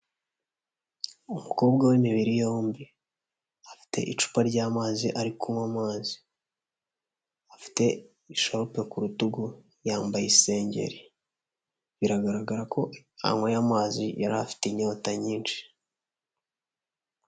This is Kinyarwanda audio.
Umukobwa w'imibiri yombi. Afite icupa ry'amazi ari kunywa amazi. Afite isharupe ku rutugu yambaye isengeri. Biragaragara ko anyweye amazi yari afite inyota nyinshi.